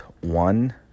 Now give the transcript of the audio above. one